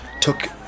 took